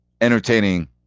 entertaining